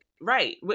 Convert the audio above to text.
right